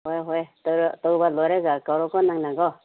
ꯍꯣꯏ ꯍꯣꯏ ꯇꯧꯔꯣ ꯇꯧꯕ ꯂꯣꯏꯔꯒ ꯀꯧꯔꯛꯎꯀꯣ ꯅꯪꯅ ꯀꯣ